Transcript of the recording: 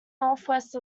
northwest